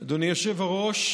הקורונה החדש